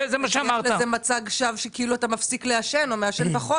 יש איזה מצג שווא שכאילו אתה מפסיק לעשן או מעשן פחות